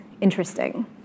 interesting